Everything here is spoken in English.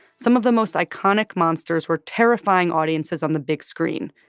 some of the most iconic monsters were terrifying audiences on the big screen.